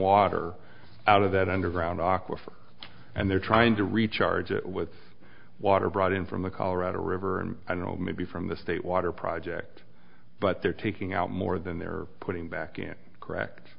water out of that underground aquifer and they're trying to recharge it with water brought in from the colorado river i don't know maybe from the state water project but they're taking out more than they're putting back in correct